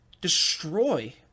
destroy